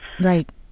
Right